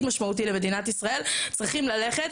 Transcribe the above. משמעותי למדינת ישראל צריכים ללכת,